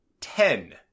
ten